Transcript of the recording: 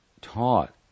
taught